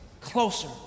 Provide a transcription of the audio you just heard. closer